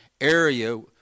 area